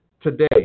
today